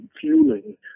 fueling